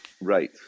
Right